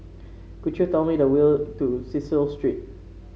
could you tell me the way to Cecil Street